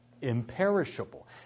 Imperishable